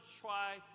try